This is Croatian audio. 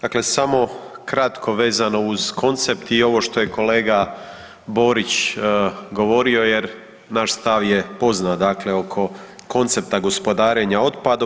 Dakle, samo kratko vezano uz koncept i ovo što je kolega Borić govorio jer naš stav je poznat, dakle oko koncepta gospodarenja otpadom.